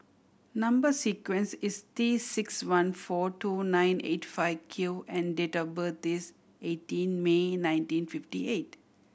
number sequence is T six one four two nine eight five Q and date of birth is eighteen May nineteen fifty eight